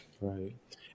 Right